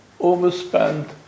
overspent